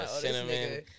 cinnamon